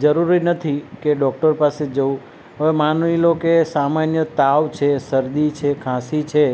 જરૂરી નથી કે ડોક્ટર પાસે જવું હવે માની લો કે સામાન્ય તાવ છે સરદી છે ખાંસી છે